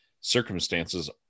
circumstances